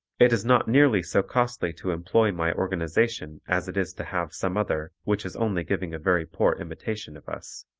it is not nearly so costly to employ my organization as it is to have some other which is only giving a very poor imitation of us,